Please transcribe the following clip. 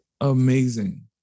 Amazing